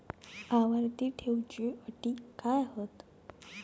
आवर्ती ठेव च्यो अटी काय हत?